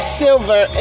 silver